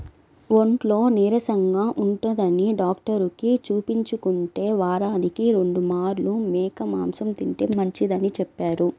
ఒంట్లో నీరసంగా ఉంటందని డాక్టరుకి చూపించుకుంటే, వారానికి రెండు మార్లు మేక మాంసం తింటే మంచిదని చెప్పారు